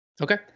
Okay